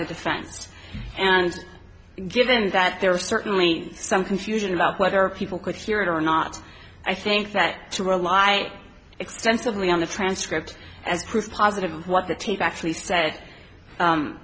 the defense and given that there was certainly some confusion about whether people could hear it or not i think that to rely extensively on the transcript as proof positive of what the tape actually said